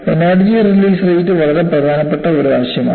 energy release rate വളരെ പ്രധാനപ്പെട്ട ഒരു ആശയമാണ്